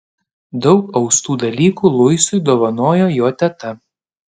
daug austų dalykų luisui dovanojo jo teta